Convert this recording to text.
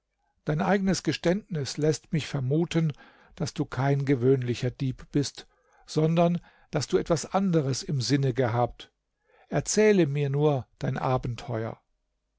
dein eigenes geständnis läßt mich vermuten daß du kein gewöhnlicher dieb bist sondern daß du etwas anderes im sinne gehabt erzähle mir nur dein abenteuer